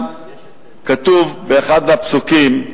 כתוב שם באחד הפסוקים: